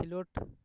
ᱠᱷᱮᱞᱳᱰ